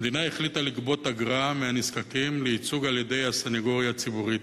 המדינה החליטה לגבות אגרה מהנזקקים לייצוג על-ידי הסניגוריה הציבורית,